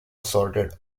assorted